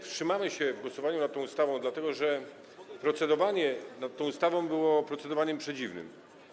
Wstrzymamy się w głosowaniu nad tą ustawą, dlatego że procedowanie nad nią było procedowaniem przedziwnym.